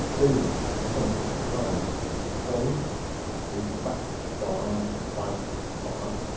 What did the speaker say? any computer line coins is backed by, financed by,